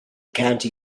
county